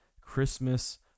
Christmas